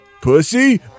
pussy